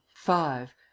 five